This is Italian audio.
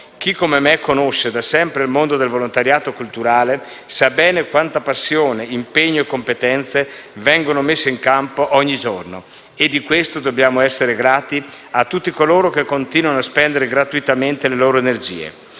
Chi, come me, conosce da sempre il mondo del volontariato culturale sa bene quanta passione, impegno e competenze vengono messi in campo ogni giorno, e di questo dobbiamo essere grati a tutti coloro che continuano a spendere gratuitamente le loro energie.